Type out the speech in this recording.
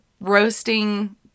roasting